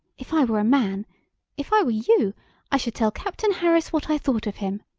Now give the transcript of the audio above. if i were a man if i were you i should tell captain harris what i thought of him!